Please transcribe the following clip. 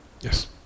Yes